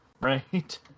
Right